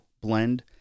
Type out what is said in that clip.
blend